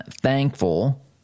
thankful